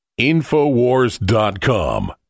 Infowars.com